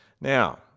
Now